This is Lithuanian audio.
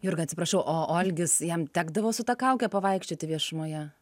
jurga atsiprašau o algis jam tekdavo su ta kauke pavaikščioti viešumoje